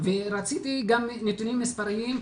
רציתי גם נתונים מספריים,